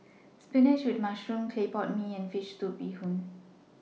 Spinach with Mushroom Clay Pot Mee and Fish Soup Bee Hoon